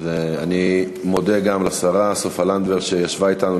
אני מודה גם לשרה סופה לנדבר שישבה אתנו,